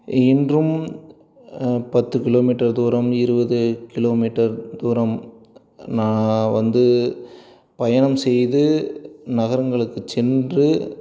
இன்றும் பத்து கிலோமீட்டர் தூரம் இருபது கிலோமீட்டர் தூரம் நான் வந்து பயணம் செய்து நகரங்களுக்கு சென்று